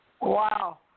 Wow